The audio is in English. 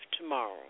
tomorrow